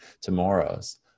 tomorrows